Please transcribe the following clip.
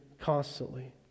constantly